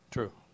True